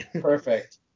Perfect